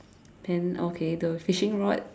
pen okay the fishing rod